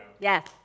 Yes